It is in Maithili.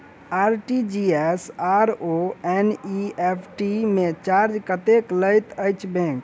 आर.टी.जी.एस आओर एन.ई.एफ.टी मे चार्ज कतेक लैत अछि बैंक?